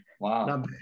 Wow